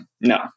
no